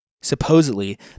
Supposedly